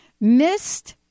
Missed